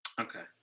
okay